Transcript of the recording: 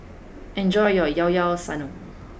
enjoy your llao llao Sanum